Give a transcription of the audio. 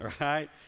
right